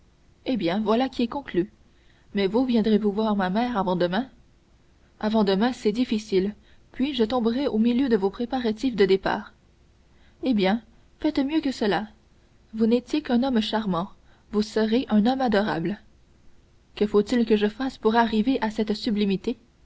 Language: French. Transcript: eh bien voilà qui est conclu mais vous viendrez-vous voir ma mère avant demain avant demain c'est difficile puis je tomberais au milieu de vos préparatifs de départ eh bien faites mieux que cela vous n'étiez qu'un homme charmant vous serez un homme adorable que faut-il que je fasse pour arriver à cette sublimité